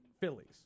Phillies